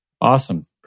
awesome